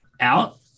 out